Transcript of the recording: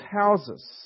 houses